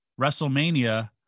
Wrestlemania